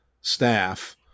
staff